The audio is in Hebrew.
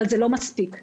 אבל זה לא מספיק נתונים.